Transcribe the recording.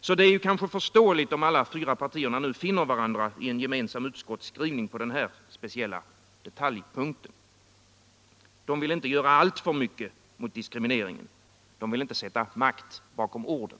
Så det är kanske förståeligt om alla fyra partierna nu finner varandra i en gemensam utskottsskrivning rörande den här speciella detaljen. De vill inte göra alltför mycket mot diskrimineringen. De vill inte sätta makt bakom orden.